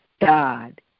God